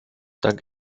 dank